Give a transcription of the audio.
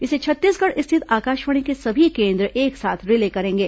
इसे छत्तीसगढ़ स्थित आकाशवाणी के सभी केन्द्र एक साथ रिले करेंगे